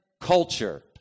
culture